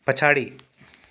पछाडि